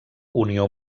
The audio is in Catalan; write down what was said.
unió